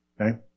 Okay